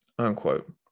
Unquote